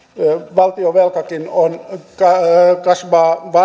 valtionvelkakin kasvaa